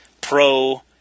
pro